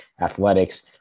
Athletics